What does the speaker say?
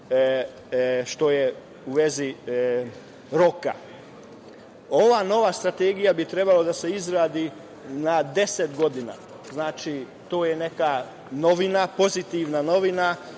ciklus, u vezi roka. Ova nova strategija bi trebalo da se izradi na deset godina. Znači, to je neka novina, pozitivna novina